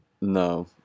No